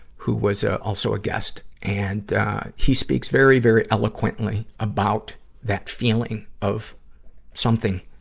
who was ah also a guest. and he speaks very, very eloquently about that feeling of something,